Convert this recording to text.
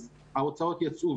למרות שההוצאות יצאו,